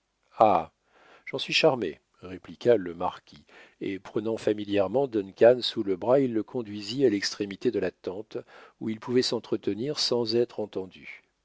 j'en suis charmé répliqua le marquis et prenant familièrement duncan sous le bras il le conduisit à l'extrémité de la tente où ils pouvaient s'entretenir sans être entendus